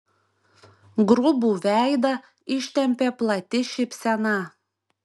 grubų veidą ištempė plati šypsena